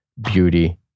beauty